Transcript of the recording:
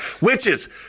Witches